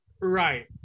Right